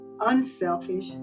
unselfish